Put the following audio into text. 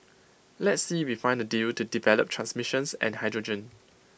let's see we find A deal to develop transmissions and hydrogen